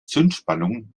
zündspannung